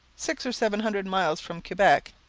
six or seven hundred miles from quebec,